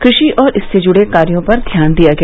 कृषि और इससे जुड़े कार्यों पर ध्यान दिया गया